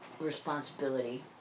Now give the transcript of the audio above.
responsibility